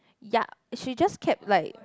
ya she just kept like